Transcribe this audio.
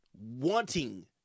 wanting